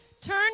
Turn